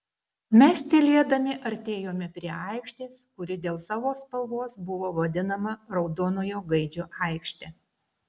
mes tylėdami artėjome prie aikštės kuri dėl savo spalvos buvo vadinama raudonojo gaidžio aikšte